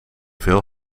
veel